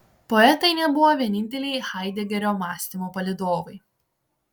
poetai nebuvo vieninteliai haidegerio mąstymo palydovai